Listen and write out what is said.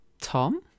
Tom